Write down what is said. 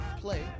play